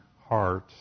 heart